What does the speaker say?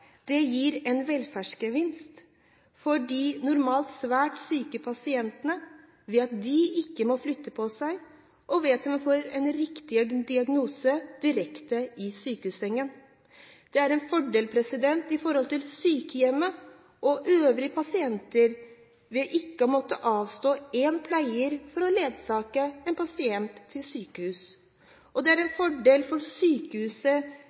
Det gir en velferdsgevinst for de normalt svært syke pasientene ved at de ikke må flytte på seg, og ved at de får en riktig diagnose direkte i sykehussengen. Det er en fordel for sykehjemmet og dets øvrige pasienter at det ikke må avstå en pleier for å ledsage en pasient til sykehus. Det er en fordel for sykehuset